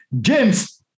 James